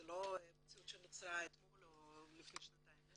זאת לא מציאות שנוצרה אתמול או לפני שנתיים.